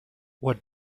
what